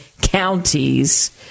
counties